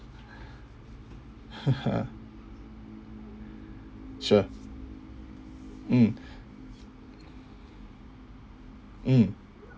sure mm mm